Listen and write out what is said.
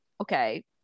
okay